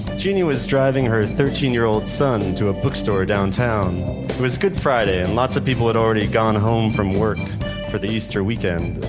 genie was driving her thirteen year old son to a bookstore downtown. it was good friday and lots of people had already gone home from work for the easter weekend.